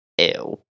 ew